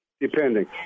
depending